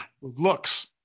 Looks